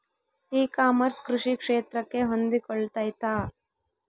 E commerce ಕೃಷಿ ಕ್ಷೇತ್ರಕ್ಕೆ ಹೊಂದಿಕೊಳ್ತೈತಾ?